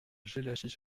jellachich